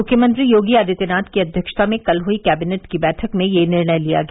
मुख्यमंत्री योगी आदित्यनाथ की अध्यक्षता में कल हई कैबिनेट की बैठक में यह निर्णय लिया गया